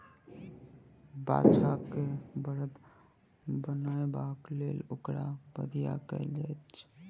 बाछा के बड़द बनयबाक लेल ओकर बधिया कयल जाइत छै